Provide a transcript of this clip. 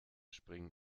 springen